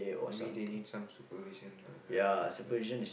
maybe they need some supervision lah